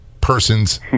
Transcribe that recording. person's